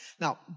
Now